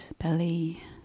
belly